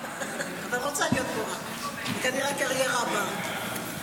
ורוצה להיות מורה, כנראה בקריירה הבאה.